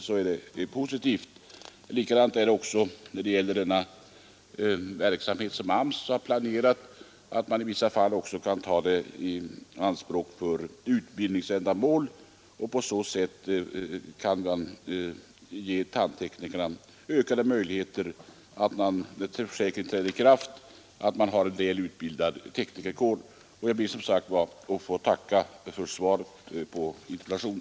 Detsamma gäller den av AMS planerade verksamheten, som i vissa fall kan avse utbildningsändamål, varigenom det blir ökade möjligheter att när försäkringen träder i kraft ha en väl utbildad tandteknikerkår. Jag ber än en gång att få tacka för svaret på min interpellation.